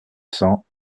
cents